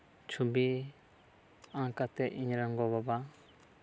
ᱪᱷᱚᱵᱤ ᱟᱸᱠ ᱠᱟᱛᱮᱜ ᱤᱧ ᱨᱮᱱ ᱜᱚ ᱵᱟᱵᱟ